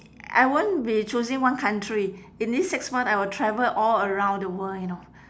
I won't be choosing one country in this six month I will travel all around the world you know